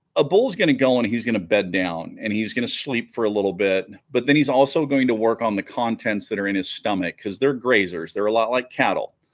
a bulls gonna go in he's gonna bed down and he's gonna sleep for a little bit but then he's also going to work on the contents that are in his stomach because they're grazers they're a lot like cattle